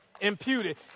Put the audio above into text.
Imputed